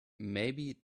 maybe